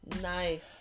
Nice